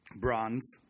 bronze